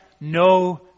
no